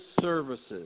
Services